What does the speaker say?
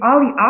Ali